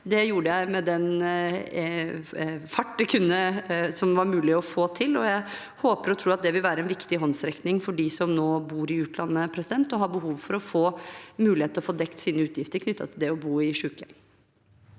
Det gjorde jeg med den fart som var mulig å få til. Jeg håper og tror at dette vil være en viktig håndsrekning for dem som nå bor i utlandet og har behov for å få mulighet til å få dekket sine utgifter knyttet til det å bo i sykehjem.